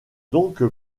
donc